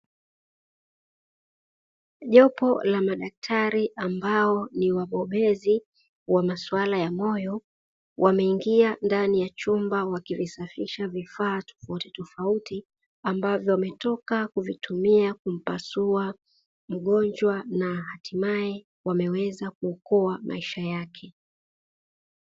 Jopo la madaktari ambao ni wabobezi wa masuala ya moyo wameingia ndani ya chumba wakivisafisha vifaa tofautitofauti ambavyo wametoka kuvitumia kumpasua mgonjwa na hatimaye wameweza kuokoa maisha yake.